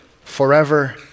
forever